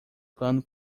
plano